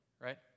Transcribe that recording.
right